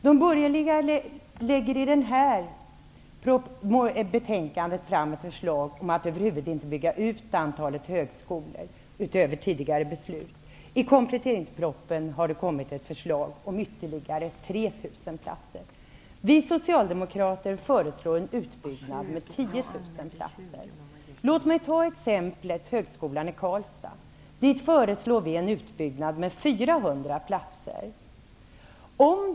De borgerliga lägger i betänkandet fram ett förslag om att över huvud taget inte bygga ut antalet högskolor utöver tidigare beslut. I kompletteringspropositionen har det kommit ett förslag om ytterligare 3 000 platser. Vi Socialdemokrater föreslår en utbyggnad med 10 000 platser. Låt mig ta som exempel högskolan i Karlstad. Vi föreslår en utbyggnad med 400 platser där.